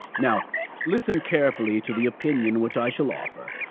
now listen carefully to the opinion which i shall offer.